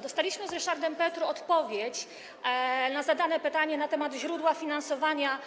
Dostaliśmy z Ryszardem Petru odpowiedź na zadane pytanie na temat źródła finansowania